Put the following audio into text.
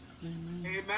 amen